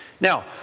Now